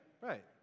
Right